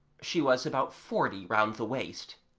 she was about forty round the waist.